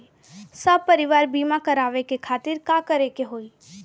सपरिवार बीमा करवावे खातिर का करे के होई?